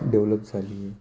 develop झाली आहे